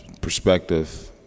perspective